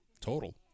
Total